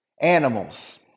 animals